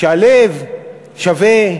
שהלב שווה לראש,